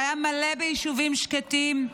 שהיה מלא ביישובים שקטים,